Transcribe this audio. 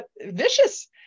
vicious